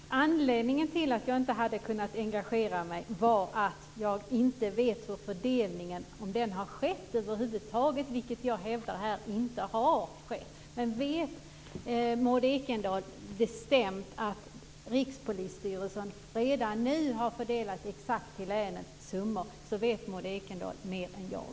Fru talman! Anledningen till att jag inte kunnat engagera mig var att jag inte visste om fördelningen hade skett över huvud taget, vilket jag hävdar att den inte har gjort. Men vet Maud Ekendahl bestämt att Rikspolisstyrelsen redan nu har fördelat exakta summor till länen så vet Maud Ekendahl mer än jag.